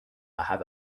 have